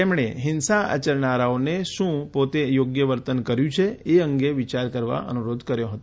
તેમણે ફિંસા આચરનારાઓને શું પોતે યોગ્ય વર્તન કર્યું છે એ અંગે વિયાર કરવા અનુરોધ કર્યો હતો